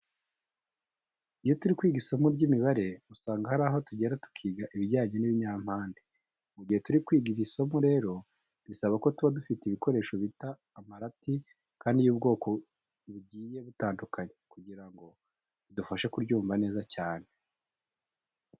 Iyo turi kwiga isomo ry'imibare usanga hari aho tugera tukiga ibijyanye n'ibinyampande. Mu gihe turi kwiga iri somo rero bisaba ko tuba dufite ibikoresho bita amarati kandi y'ubwoko bugiye butandukanye, kugira ngo bidufashe kuryumva neza cyane.